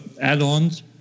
add-ons